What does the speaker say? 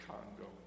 Congo